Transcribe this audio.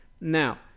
now